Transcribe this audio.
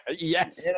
Yes